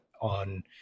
on